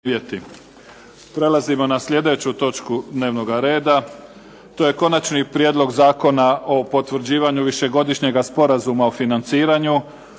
Prelazimo na sljedeću točku dnevnoga reda. To je –- Konačni prijedlog Zakona o potvrđivanju višegodišnjega Sporazuma o financiranju